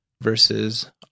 versus